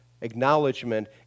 acknowledgement